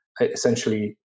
essentially